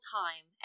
time